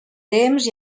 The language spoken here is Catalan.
temps